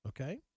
Okay